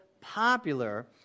popular